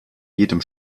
jedem